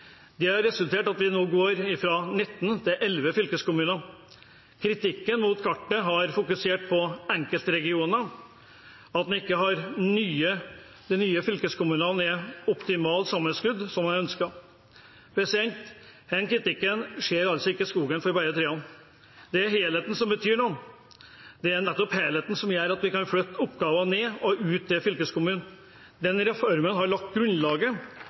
Det har resultert i at vi nå går fra 19 til 11 fylkeskommuner. Kritikken mot kartet har fokusert på enkeltregioner, at ikke alle nye fylkeskommuner er optimalt sammenskrudd, slik en ønsket. Disse kritikerne ser ikke skogen for bare trær. Det er helheten som betyr noe, det er nettopp helheten som gjør at vi kan flytte oppgaver ned og ut til fylkeskommunene. Denne reformen har lagt